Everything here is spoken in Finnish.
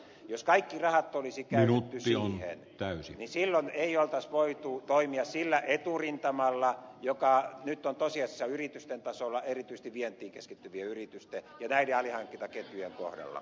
jos kaikki rahat olisi käytetty siihen niin silloin ei olisi voitu toimia sillä eturintamalla joka nyt on tosiasiassa yritysten tasolla erityisesti vientiin keskittyvien yritysten ja näiden alihankintaketjujen kohdalla